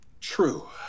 True